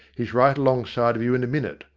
he's right along side of you in a minute,